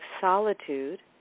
solitude